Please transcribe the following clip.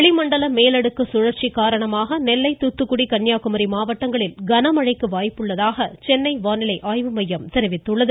வளிமண்டல மேலடுக்கு சுழற்சி காரணமாக நெல்லை தூத்துக்குடி கன்னியாகுமரி மாவட்டங்களில் கனமழைக்கு வாய்ப்புள்ளதாக சென்னை வானிலை ஆய்வு மையம் தெரிவித்துள்ளது